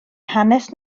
hanes